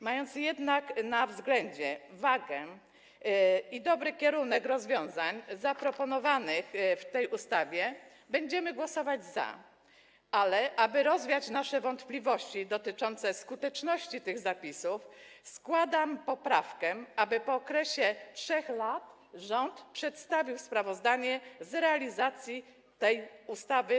Mając jednak na względzie wagę i dobry kierunek rozwiązań zaproponowanych w tej ustawie, będziemy głosować za, ale aby rozwiać nasze wątpliwości dotyczące skuteczności tych zapisów, składam poprawkę, by po okresie 3 lat rząd przedstawił Sejmowi sprawozdanie z realizacji tej ustawy.